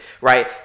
right